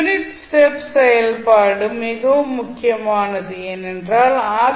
unit step செயல்பாடு மிகவும் முக்கியமானது ஏனென்றால் ஆர்